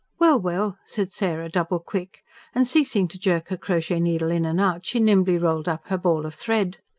well, well! said sarah double quick and ceasing to jerk her crochet-needle in and out, she nimbly rolled up her ball of thread.